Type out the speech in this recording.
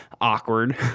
awkward